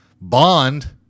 bond